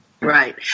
Right